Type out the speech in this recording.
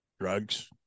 drugs